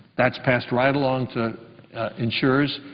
that's passed right along to insurers,